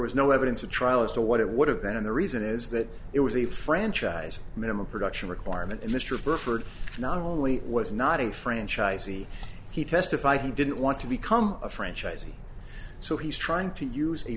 was no evidence at trial as to what it would have been and the reason is that it was a franchise minimum production requirement and mr burford not only was not a franchisee he testified he didn't want to become a franchisee so he's trying to use a